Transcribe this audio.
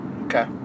okay